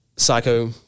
Psycho